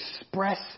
express